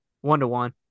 one-to-one